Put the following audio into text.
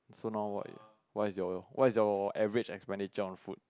so now what what is your what is your average expenditure on food